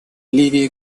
ливия